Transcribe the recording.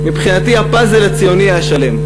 מבחינתי הפאזל הציוני היה שלם.